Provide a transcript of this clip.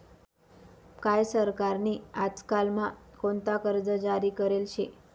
काय सरकार नी आजकाल म्हा कोणता कर्ज जारी करेल शे